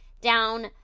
down